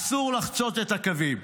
אסור לחצות את הקווים.